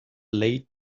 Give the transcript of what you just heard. laid